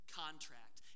contract